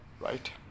Right